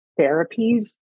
therapies